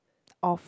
off